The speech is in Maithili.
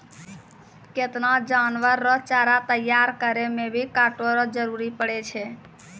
केतना जानवर रो चारा तैयार करै मे भी काटै रो जरुरी पड़ै छै